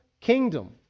kingdom